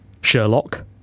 Sherlock